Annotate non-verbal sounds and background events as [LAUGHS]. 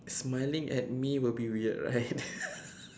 smiling at me will be weird right [LAUGHS]